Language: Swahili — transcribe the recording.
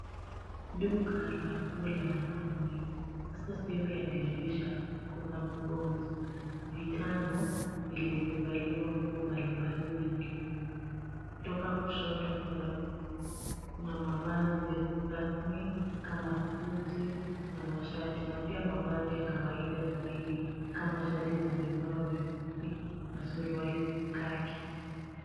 Duka la nguo la wanaume. Hasa sehemu ya dirisha, kuna viponzo vitano vilivyovaliwa nguo mbalimbali vya kiume. Kutoka kushoto kwenda, kuna mavazi safi kama suti na mashati, na pia mavazi ya kawaida zaidi kama shati za mikono mifupi na suruali Khaki.